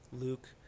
Luke